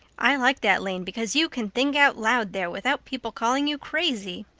i like that lane because you can think out loud there without people calling you crazy.